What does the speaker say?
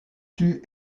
tue